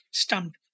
stumped